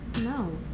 No